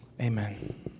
Amen